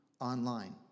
online